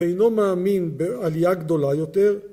‫ואינו מאמין בעלייה גדולה יותר.